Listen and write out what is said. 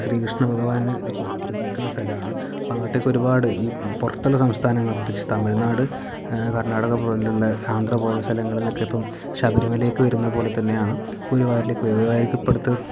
ശ്രീകൃഷ്ണ ഭഗവാന് നിൽക്കുന്ന സ്ഥലാണ് അങ്ങോട്ടേക്ക് ഒരുപാട് ഈ പുറത്തുള്ള സംസ്ഥാനങ്ങൾ പ്രത്യേകിച്ച് തമിഴ്നാട് കർണാടക പോലുള്ള ആന്ധ്ര പോലുള്ള സ്ഥലങ്ങളിൽ നിന്നൊക്കെ ശബരിമലയിലേക്ക് വരുന്ന പോലെ തന്നെയാണ് ഗുരുവായൂരിലേക്ക് വരു ഗുരുവായൂരിലേക്ക് ഇപ്പം അടുത്ത്